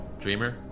Dreamer